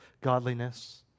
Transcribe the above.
godliness